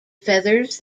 feathers